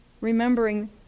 remembering